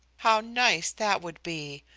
how nice that would be!